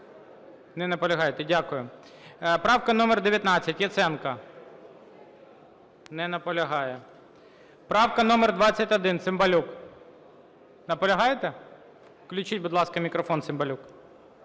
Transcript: Не наполягаєте. Дякую. Правка номер 19. Яценко. Не наполягає. Правка номер 21. Цимбалюк, наполягаєте? Включіть, будь ласка, мікрофон Цимбалюк.